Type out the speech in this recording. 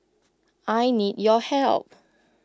I need your help